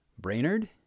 Brainerd